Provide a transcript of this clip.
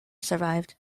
survived